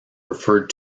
referred